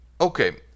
Okay